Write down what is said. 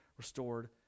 restored